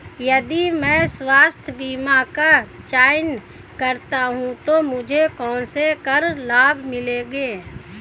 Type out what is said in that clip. यदि मैं स्वास्थ्य बीमा का चयन करता हूँ तो मुझे कौन से कर लाभ मिलेंगे?